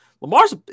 Lamar's